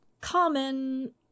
common